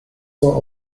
for